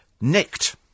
nicked